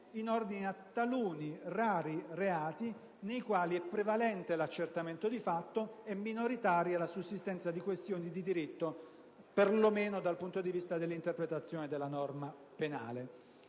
in ordine a taluni rari reati, nei quali è prevalente l'accertamento di fatto e minoritaria la sussistenza di questioni di diritto, perlomeno dal punto di vista dell'interpretazione della norma penale.